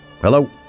hello